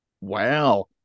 Wow